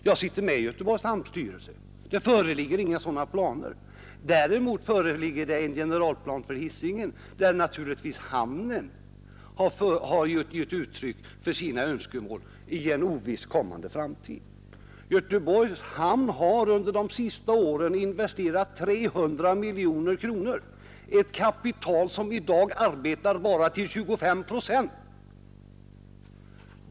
Jag sitter själv med i Göteborgs hamnstyrelse och vet därför att det inte finns några sådana aktuella planer där. Däremot finns det en generalplan för Hisingen, där hamnstyrelsen naturligtvis har givit uttryck för sina önskemål i en kommande, oviss framtid. Göteborgs hamn har under de senaste 10 åren investerat ca 300 miljoner kronor, ett kapital som i dag inte utnyttjas till 100 procent.